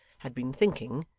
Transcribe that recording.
had been thinking,